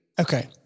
Okay